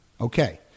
Okay